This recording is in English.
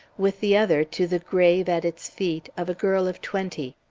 with the other to the grave, at its feet, of a girl of twenty.